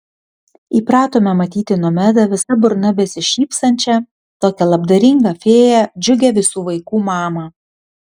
įpratome matyti nomedą visa burna besišypsančią tokią labdaringą fėją džiugią visų vaikų mamą